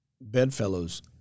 bedfellows